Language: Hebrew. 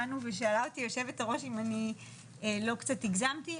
ושאלה אותי יושבת הראש אם אני לא קצת הגזמתי,